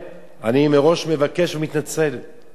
אני מראש מבקש ומתנצל בפנייך.